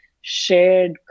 shared